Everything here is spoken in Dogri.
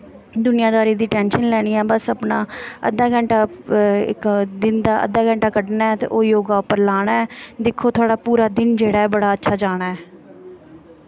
दुनियां दारी दी टैंशन नेईं लैनी ऐ बस अपनां अद्धा घैंटा दिन दा अद्धा घैंटा कड्डना ऐ ते ओह् योगा उप्पर लाना ऐ दिक्खो थोआढ़ा पूरा दिन जेह्ड़ा अच्छा जाना ऐ